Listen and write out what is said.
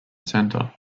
centre